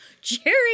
Jerry